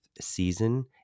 season